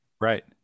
Right